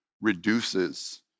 reduces